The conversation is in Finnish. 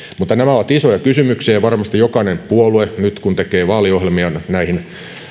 mutta nämä ovat isoja kysymyksiä ja varmasti jokainen puolue nyt kun tekee vaaliohjelmiaan näihin